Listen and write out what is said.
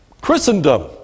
Christendom